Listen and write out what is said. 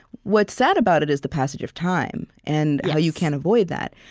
what's sad about it is the passage of time and how you can't avoid that.